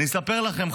אני אספר לכם,